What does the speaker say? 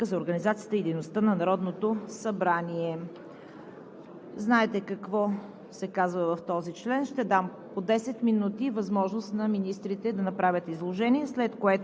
Изслушването ще се проведе на основание чл. 113 от Правилника за организацията и дейността на Народното събрание.